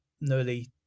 nearly